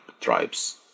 tribes